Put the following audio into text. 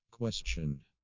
question